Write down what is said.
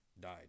died